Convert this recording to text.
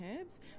herbs